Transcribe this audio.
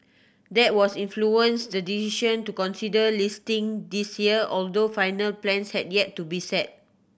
that was influenced the decision to consider listing this year although final plans had yet to be set